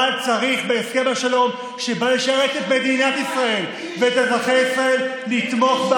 אבל בהסכם השלום שבא לשרת את מדינת ישראל ואת אזרחי ישראל צריך לתמוך,